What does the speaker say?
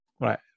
Right